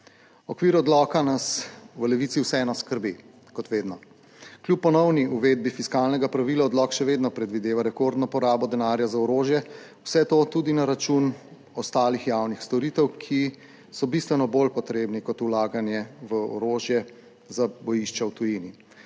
okvir odloka nas v Levici vseeno skrbi kot vedno. Kljub ponovni uvedbi fiskalnega pravila odlok še vedno predvideva rekordno porabo denarja za orožje vse to tudi na račun ostalih javnih storitev, ki so bistveno bolj potrebni kot vlaganje v orožje za bojišča v tujini.